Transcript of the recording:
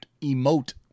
emote